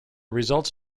results